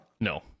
no